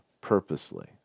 purposely